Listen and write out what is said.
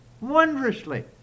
Wondrously